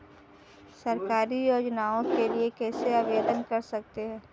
सरकारी योजनाओं के लिए कैसे आवेदन कर सकते हैं?